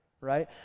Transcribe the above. right